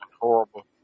horrible